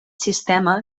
sistema